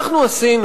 אנחנו,